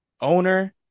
owner